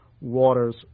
waters